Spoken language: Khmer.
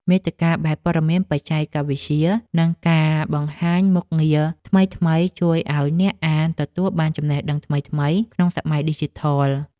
មាតិកាបែបព័ត៌មានបច្ចេកវិទ្យា និងការបង្ហាញមុខងារថ្មីៗ ជួយឱ្យអ្នកអានទទួលបានចំណេះដឹងថ្មីៗក្នុងសម័យឌីជីថល។